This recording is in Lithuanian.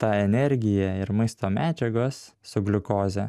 ta energija ir maisto medžiagos su gliukoze